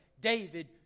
David